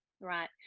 Right